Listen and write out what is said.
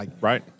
Right